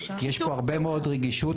יש פה הרבה מאוד רגישות,